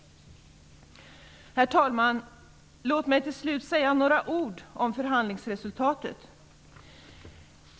Herr talman! Låt mig avslutningsvis säga några ord om förhandlingsresultatet.